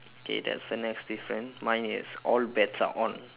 okay that's the next different mine is all bets are on